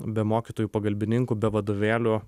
be mokytojų pagalbininkų be vadovėlių